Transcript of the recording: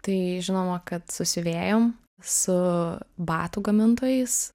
tai žinoma kad su siuvėjom su batų gamintojais